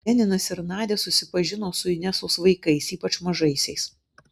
leninas ir nadia susipažino su inesos vaikais ypač mažaisiais